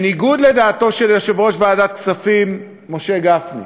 בניגוד לדעתו של יושב-ראש ועדת הכספים משה גפני,